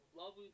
love